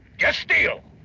yes, steel.